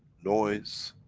noise,